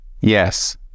yes